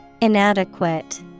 inadequate